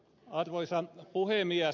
arvoisa puhemies